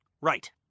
Right